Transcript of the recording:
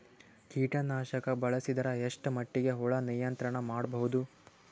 ಕೀಟನಾಶಕ ಬಳಸಿದರ ಎಷ್ಟ ಮಟ್ಟಿಗೆ ಹುಳ ನಿಯಂತ್ರಣ ಮಾಡಬಹುದು?